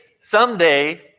someday